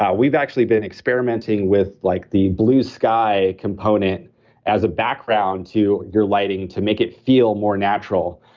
ah we've actually been experimenting with like the blue sky component as a background to your lighting, to make it feel more natural,